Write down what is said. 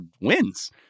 wins